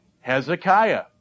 Hezekiah